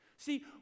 See